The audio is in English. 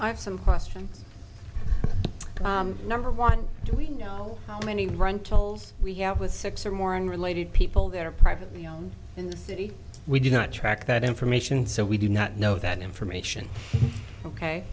have some question number one do we know how many rentals we have with six or more and related people that are privately owned in the city we do not track that information so we do not know that information ok